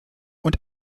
und